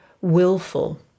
willful